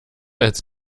als